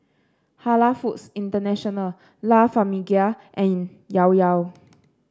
Halal Foods International La Famiglia and Llao Llao